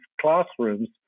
classrooms